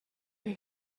her